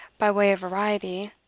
by way of variety,